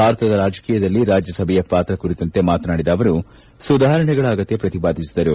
ಭಾರತದ ರಾಜಕೀಯದಲ್ಲಿ ರಾಜ್ಯಸಭೆಯ ಪಾತ್ರ ಕುರಿತಂತೆ ಮಾತನಾಡಿದ ಅವರು ಸುಧಾರಣೆಗಳ ಅಗತ್ಯ ಪ್ರತಿಪಾದಿಸಿದರು